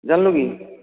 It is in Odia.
ଜାଣିଲୁ କି